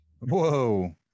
whoa